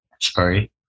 sorry